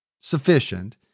sufficient